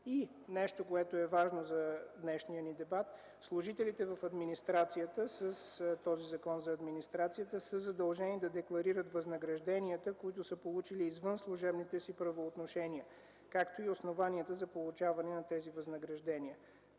И нещо важно за днешния дебат: служителите в администрацията със Закона за администрацията са задължени да декларират възнагражденията, които са получили извън служебните си правоотношения, както и основанията за получаването на тези възнаграждения.